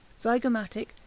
zygomatic